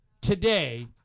today